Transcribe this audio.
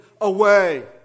away